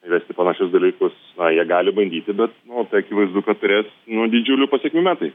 įvesti panašius dalykus na jie gali bandyti bet nu tai akivaizdu kad turės nu didžiulių pasekmių metai